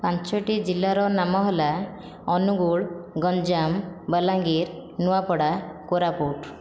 ପାଞ୍ଚଟି ଜିଲ୍ଲାର ନାମ ହେଲା ଅନୁଗୁଳ ଗଞ୍ଜାମ ବଲାଙ୍ଗୀର ନୂଆପଡ଼ା କୋରାପୁଟ